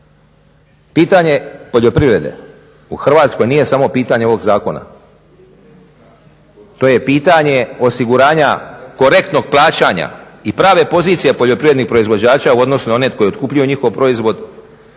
Pitanje poljoprivrede u Hrvatskoj nije samo pitanje ovog zakona. To je pitanje osiguranja korektnog plaćanja i prave pozicije poljoprivrednih proizvođača u odnosu na one koji otkupljuju njihov proizvod,